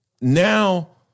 now